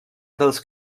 dels